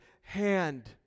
hand